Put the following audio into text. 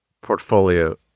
portfolio